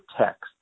text